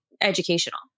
educational